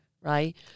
right